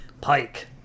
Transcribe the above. Pike